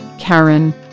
Karen